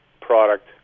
product